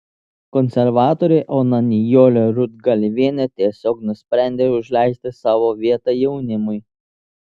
konservatorė ona nijolė rudgalvienė tiesiog nusprendė užleisti savo vietą jaunimui